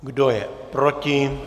Kdo je proti?